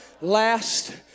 last